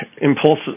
impulsive